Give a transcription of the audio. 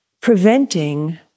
preventing